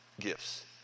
gifts